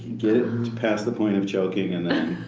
get it past the point of choking and then